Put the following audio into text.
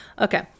Okay